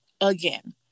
again